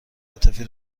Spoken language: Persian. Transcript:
عاطفی